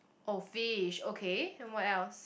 oh fish okay and what else